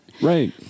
Right